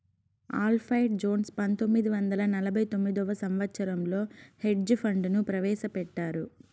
Alfred Jones పంతొమ్మిది వందల నలభై తొమ్మిదవ సంవచ్చరంలో హెడ్జ్ ఫండ్ ను ప్రవేశపెట్టారు